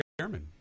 chairman